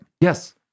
Yes